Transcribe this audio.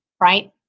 right